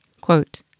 Quote